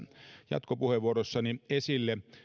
jatkopuheenvuorossani esille